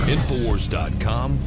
InfoWars.com